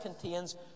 contains